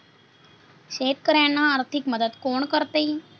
शेतकऱ्यांना आर्थिक मदत कोण करते?